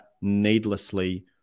needlessly